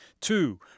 Two